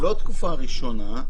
לא התקופה הראשונה.